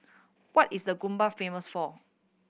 what is The famous for